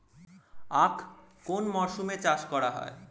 আখ কোন মরশুমে চাষ করা হয়?